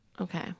Okay